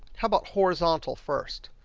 how about horizontal first?